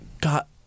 got